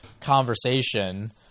conversation